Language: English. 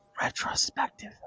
Retrospective